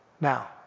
Now